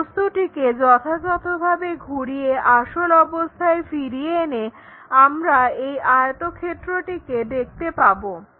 এই বস্তুটিকে যথাযথভাবে ঘুরিয়ে আসল অবস্থায় ফিরিয়ে এনে আমরা এই আয়তক্ষেত্রটিকে দেখতে পাবো